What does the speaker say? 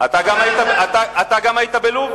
מפריעים לי.